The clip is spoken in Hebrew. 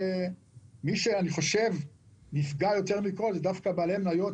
מי שנפגע יותר מכול זה דווקא בעלי המניות